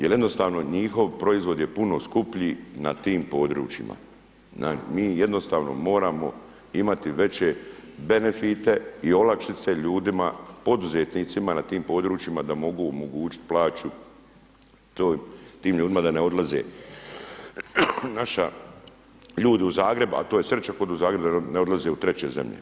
Jel jednostavno njihov proizvod je puno skuplji na tim područjima, mi jednostavno moramo imati veće benefite i olakšice ljudima poduzetnicima na tim područjima da mogu omogućiti plaću tim ljudima da odlaze naša ljudi u Zagreb, a to je srećom u Zagreb da ne odlaze u treće zemlje.